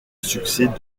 succès